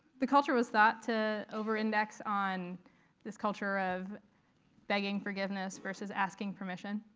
the culture was thought to over-index on this culture of begging forgiveness versus asking permission.